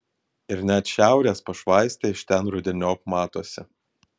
ir net šiaurės pašvaistė iš ten rudeniop matosi